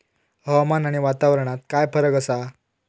हवामान आणि वातावरणात काय फरक असा?